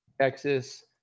Texas